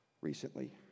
recently